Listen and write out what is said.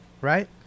right